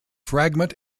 fragment